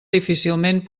difícilment